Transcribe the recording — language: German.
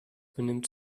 benimmt